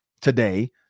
today